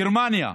גרמניה,